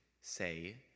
say